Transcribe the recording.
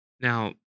Now